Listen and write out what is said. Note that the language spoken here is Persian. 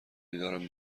دیدارم